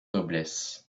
noblesse